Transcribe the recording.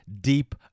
deep